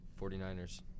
49ers